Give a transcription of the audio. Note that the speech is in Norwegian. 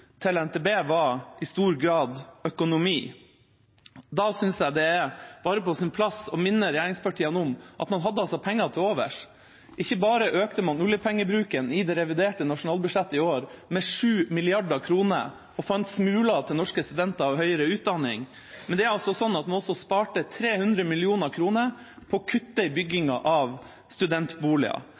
til NTB var i stor grad økonomi. Da syns jeg det er på sin plass å minne regjeringspartiene om at man hadde penger til overs. Ikke bare økte man oljepengebruken i revidert nasjonalbudsjett i år med 7 mrd. kr og fant smuler til norske studenter og høyere utdanning, men det er sånn at man sparte 300 mill. kr på å kutte i byggingen av studentboliger,